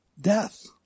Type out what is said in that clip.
death